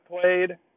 played